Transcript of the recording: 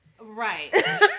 Right